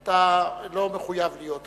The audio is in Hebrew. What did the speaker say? אתה לא מחויב להיות כאן.